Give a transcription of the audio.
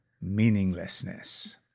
meaninglessness